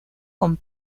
con